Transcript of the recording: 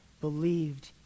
believed